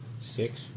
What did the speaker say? Six